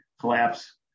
collapse